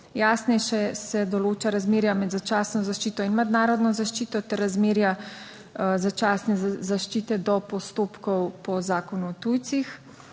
Jasnejše se določa razmerja med začasno zaščito in mednarodno zaščito ter razmerja začasne zaščite do postopkov po Zakonu o tujcih.